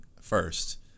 first